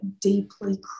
deeply